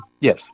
yes